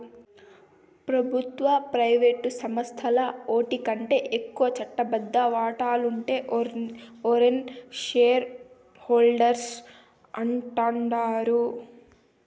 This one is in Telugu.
పెబుత్వ, ప్రైవేటు సంస్థల్ల ఓటికంటే ఎక్కువ చట్టబద్ద వాటాలుండే ఓర్ని షేర్ హోల్డర్స్ అంటాండారు